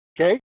Okay